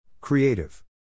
Creative